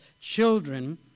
children